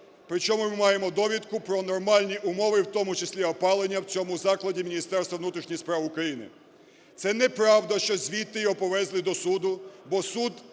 при чому ми маємо довідку про нормальні умови, в тому числі опалення в цьому закладі Міністерства внутрішніх справ України. Це неправда, що звідти його повезли до суду, бо суд